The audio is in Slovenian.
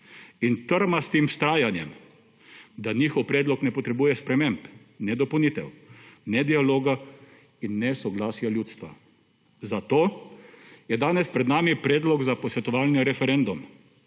in trmastim vztrajanjem, da njihov predlog ne potrebuje sprememb, ne dopolnitev, ne dialoga in ne soglasja ljudstva. Zato je danes pred nami predlog za posvetovalni referendum,